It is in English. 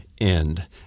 end